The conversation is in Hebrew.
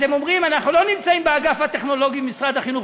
אז הם אומרים: אנחנו לא נמצאים באגף הטכנולוגי במשרד החינוך,